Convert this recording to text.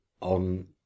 on